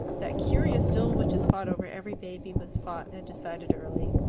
that curious duel which is fought over every baby was fought and decided early.